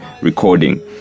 recording